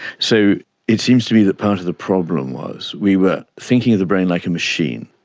so it seems to me that part of the problem was we were thinking of the brain like a machine.